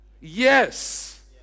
Yes